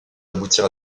aboutir